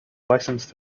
licensed